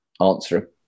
answer